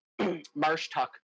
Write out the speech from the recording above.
Marshtuck